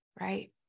right